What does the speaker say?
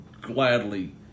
gladly